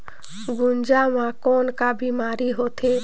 गुनजा मा कौन का बीमारी होथे?